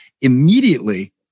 immediately